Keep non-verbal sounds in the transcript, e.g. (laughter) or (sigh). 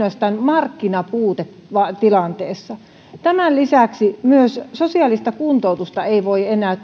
tulevaisuudessa kuin ainoastaan markkinapuutetilanteessa tämän lisäksi myöskään sosiaalista kuntoutusta ei voi enää (unintelligible)